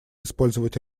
использовать